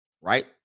right